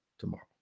tomorrow